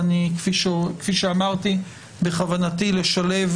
כפי שאמרתי, בכוונתי לשלב